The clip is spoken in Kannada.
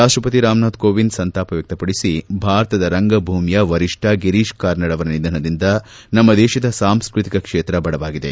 ರಾಪ್ಟಪತಿ ರಾಮನಾಥ್ ಕೋವಿಂದ್ ಸಂತಾಪ ವ್ಯಕ್ತಪಡಿಸಿ ಭಾರತದ ರಂಗಭೂಮಿಯ ವರಿಷ್ಠ ಗಿರೀಶ್ ಕಾರ್ನಾಡ್ ಅವರ ನಿಧನದಿಂದ ನಮ್ಮ ದೇಶದ ಸಾಂಸ್ಟ್ರತಿಕ ಕ್ಷೇತ್ರ ಬಡವಾಗಿದೆ